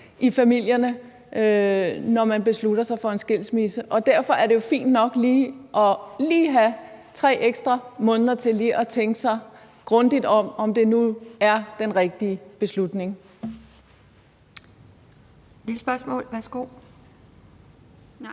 i familierne, når man beslutter sig for en skilsmisse. Derfor er det jo fint nok lige at have 3 ekstra måneder til lige at tænke sig grundigt om, om det nu er den rigtige beslutning. Kl. 11:52 Anden